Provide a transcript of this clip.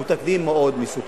הוא תקדים מאוד מסוכן.